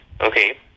okay